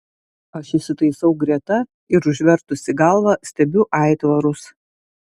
aš įsitaisau greta ir užvertusi galvą stebiu aitvarus